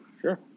Sure